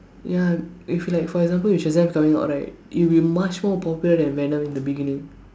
ya if like for example coming out right it'll be much more popular than venom in the beginning